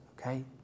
Okay